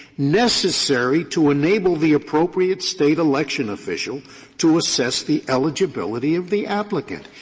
necessary to enable the appropriate state election official to assess the eligibility of the applicant?